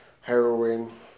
heroin